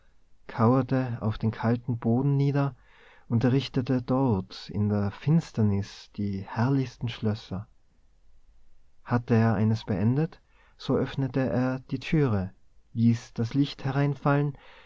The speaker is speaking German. kauerte auf den kalten boden nieder und errichtete dort in der finsternis die herrlichsten schlösser hatte er eines beendet so öffnete er die türe ließ das licht hereinfallen